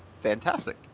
Fantastic